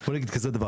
כנה.